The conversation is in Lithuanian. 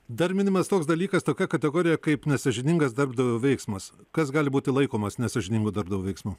dar minimas toks dalykas tokia kategorija kaip nesąžiningas darbdavio veiksmas kas gali būti laikomas nesąžiningu darbdavio veiksmu